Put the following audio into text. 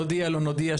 נודיע לא נודיע,